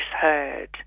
heard